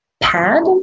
pad